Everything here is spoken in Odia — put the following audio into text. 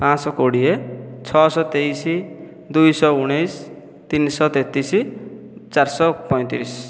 ପାଞ୍ଚଶହ କୋଡ଼ିଏ ଛଅଶହ ତେଇଶ ଦୁଇଶହ ଉଣେଇଶହ ତିନିଶହ ତେତିଶ ଚାରିଶହ ପଇଁତିରିଶ